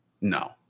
No